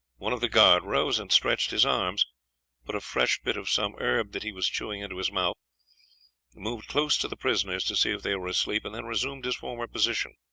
one of the guard rose and stretched his arms put a fresh bit of some herb that he was chewing into his mouth moved close to the prisoners to see if they were asleep and then resumed his former position.